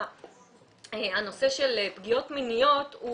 הנושא של פגיעות מיניות,